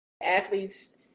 athletes